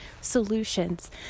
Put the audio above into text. solutions